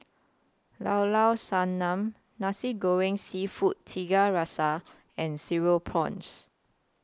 Llao Llao Sanum Nasi Goreng Seafood Tiga Rasa and Cereal Prawns